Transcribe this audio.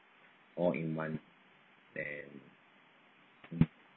all in one and